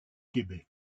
québec